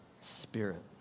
Spirit